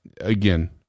again